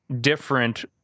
different